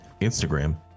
Instagram